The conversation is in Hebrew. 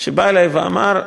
שבא אלי ואמר: